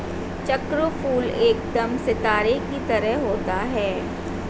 चक्रफूल एकदम सितारे की तरह होता है